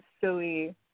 silly